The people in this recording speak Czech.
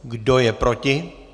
Kdo je proti?